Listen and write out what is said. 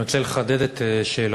אני רוצה לחדד את שאלתי.